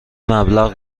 مبلغ